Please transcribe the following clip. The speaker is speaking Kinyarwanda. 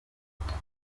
umutoza